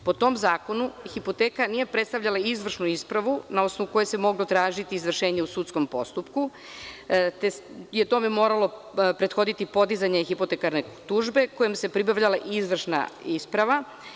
Po tom zakonu hipoteka nije predstavljala izvršnu ispravu, na osnovu koje se moglo tražiti izvršenje u sudskom postupku, te je tome moralo prethoditi podizanje hipotekarne tužbe kojom se pribavljala izvršna isprava.